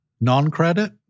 non-credit